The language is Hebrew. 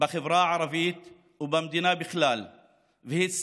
בחברה הערבית ובמדינה בכלל והצלחתי